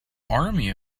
army